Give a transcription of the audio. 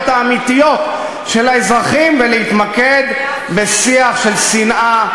האמיתיות של האזרחים ולהתמקד בשיח של שנאה,